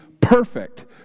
perfect